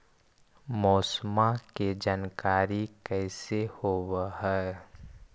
मौसमा के जानकारी कैसे होब है?